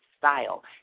style